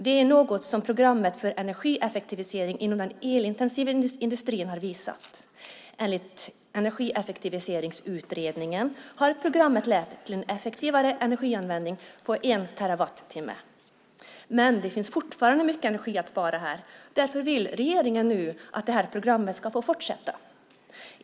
Det är något som programmet för energieffektivisering inom den elintensiva industrin har visat. Enligt Energieffektiviseringsutredningen har programmet lett till en effektivare energianvändning på en terawattimme. Det finns fortfarande mycket energi att spara, och därför vill regeringen nu att programmet ska få fortsätta.